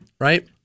Right